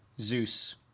Zeus